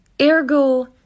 Ergo